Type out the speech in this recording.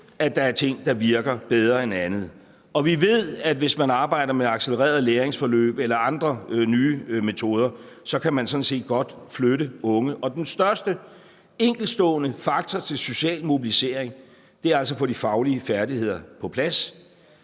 at der er ting, der virker bedre end andre, og vi ved, at hvis man arbejder med accelererede læringsforløb eller andre nye metoder, kan man sådan set godt flytte unge. Den største enkeltstående faktor til social mobilisering er altså at få de faglige færdigheder på plads.